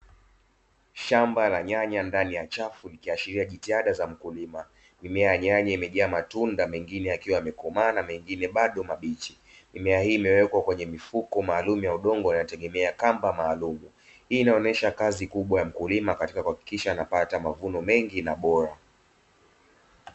Shamba la nyanya ndani ya chafu ikiashiria jitihada za mkulima. Mimea ya nyanya imejaa matunda mengine yakiwa yamekomaa na mengine bado mabichi. Mimea hii imewekwa kwenye mifuko maalumu ya udongo yanayotegemea kamba maalumu. Hii inaonyesha kazi kubwa ya mkulima katika kuhakikisha anapata mavuno mengi na bora.